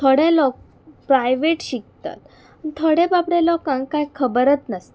थोडे लोक प्रायवेट शिकतात थोड्या बाबड्या लोकांक कांय खबरच नासता